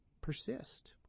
persist